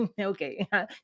Okay